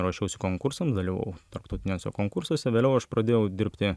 ruošiausi konkursam dalyvavau tarptautiniuose konkursuose vėliau aš pradėjau dirbti